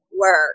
work